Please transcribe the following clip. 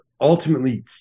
ultimately